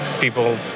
people